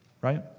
right